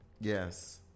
yes